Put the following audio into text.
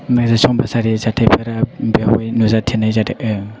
माखासे समाजारि जाथायफोरा बेयावहाय नुजाथिनाय जादों